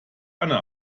anne